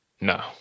No